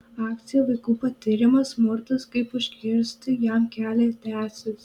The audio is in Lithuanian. akcija vaikų patiriamas smurtas kaip užkirsti jam kelią tęsis